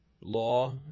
law